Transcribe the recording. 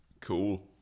Cool